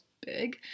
big